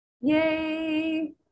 Yay